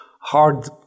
hard